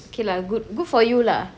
okay lah good good for you lah